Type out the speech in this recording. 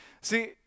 See